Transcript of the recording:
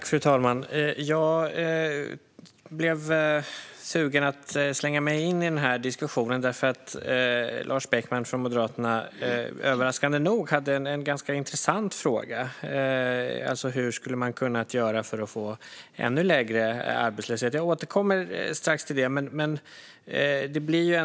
Fru talman! Jag blev sugen på att slänga mig in i den här diskussionen därför att Lars Beckman från Moderaterna överraskande nog hade en ganska intressant fråga. Hur skulle man ha kunnat göra för att få ännu lägre arbetslöshet? Jag återkommer strax till det.